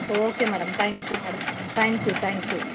okay madam thank you madam thank you thank you